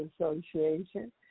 association